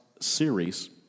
series